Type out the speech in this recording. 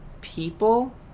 people